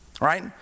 Right